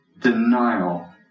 denial